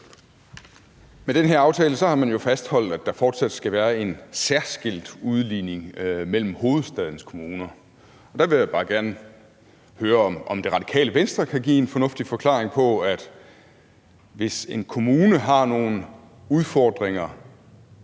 Med den her aftale har man jo fastholdt, at der fortsat skal være en særskilt udligning mellem hovedstadens kommuner. Og der vil jeg bare gerne høre, om Det Radikale Venstre kan give en fornuftig forklaring på, at en kommune, som har nogle udfordringer,